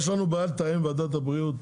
יש לנו בעיה לתאם את התאריך עם ועדת הבריאות,